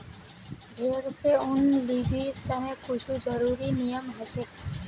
भेड़ स ऊन लीबिर तने कुछू ज़रुरी नियम हछेक